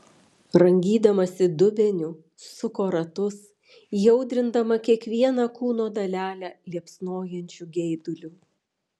rangydamasi dubeniu suko ratus įaudrindama kiekvieną kūno dalelę liepsnojančiu geiduliu